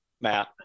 Matt